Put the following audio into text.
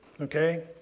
okay